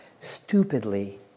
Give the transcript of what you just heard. stupidly